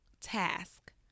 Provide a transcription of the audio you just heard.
task